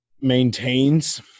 maintains